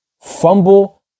fumble